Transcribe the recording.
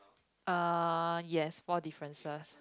uh yes four differences